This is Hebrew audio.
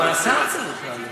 אבל השר צריך לעלות.